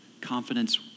confidence